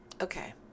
okay